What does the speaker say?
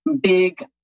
big